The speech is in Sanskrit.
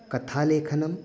कथालेखनम्